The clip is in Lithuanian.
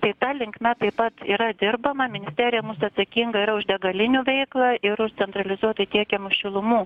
tai ta linkme taip pat yra dirbama ministerija bus atsakinga už degalinių veiklą ir už centralizuotai tiekiamų šilumų